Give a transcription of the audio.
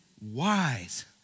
wise